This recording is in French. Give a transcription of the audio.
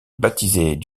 baptisés